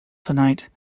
tonight